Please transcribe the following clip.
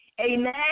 amen